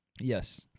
Yes